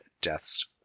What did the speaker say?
deaths